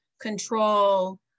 Control